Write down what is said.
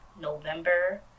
November